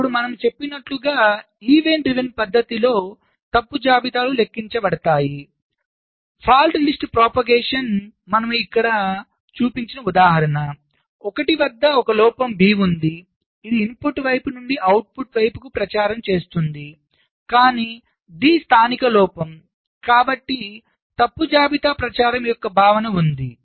ఇప్పుడు మనము చెప్పినట్లుగా ఈవెంట్ నడిచే పద్ధతిలో తప్పు జాబితాలు లెక్కించబడతాయి తప్పు జాబితా ప్రచారం మనము ఇప్పుడు ఇక్కడ చూపించిన ఉదాహరణ 1 వద్ద ఒక లోపం B ఉంది ఇది ఇన్పుట్ వైపు నుండి అవుట్పుట్ వైపుకు ప్రచారం చేసింది కాని D స్థానిక లోపం కాబట్టి తప్పు జాబితా ప్రచారం యొక్క భావన ఉంది